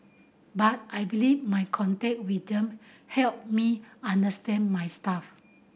but I believe my contact with them help me understand my staff